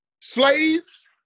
slaves